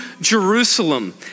Jerusalem